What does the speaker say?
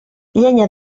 llenya